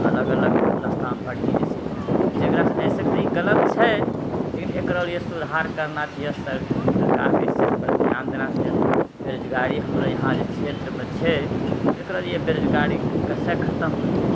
अलग अलग रस्तामे भटकि जाइ छै जेकरासँ आइसँ तऽ ई गलत छै लेकिन एकरा लिअ सुधार करना चाहियै सरकारके एहि चीज पर ध्यान देना चाहियै बेरोजगारी हमरो यहाँ जे क्षेत्रमे छै एकरा लिअ बेरोजगारी कैसे खतम हौतै